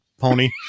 Pony